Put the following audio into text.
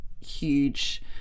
huge